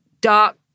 dark